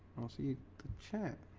i'll see you check